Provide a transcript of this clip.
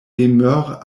demeure